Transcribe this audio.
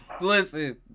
Listen